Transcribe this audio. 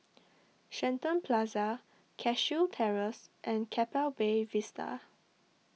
Shenton Plaza Cashew Terrace and Keppel Bay Vista